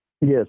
yes